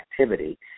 activity